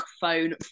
phone